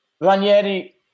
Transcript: Ranieri